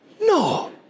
No